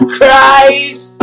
Christ